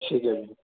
ਠੀਕ ਹੈ ਜੀ